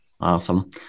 Awesome